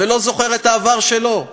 ולא זוכר את העבר שלו,